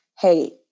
hey